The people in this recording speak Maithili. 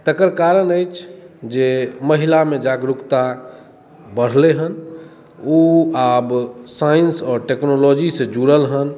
तकर कारण अछि जे महिलामे जागरुकता बढ़लै हेँ ओ आब साइंस आओर टेक्नोलोजीसँ जुड़ल हेँ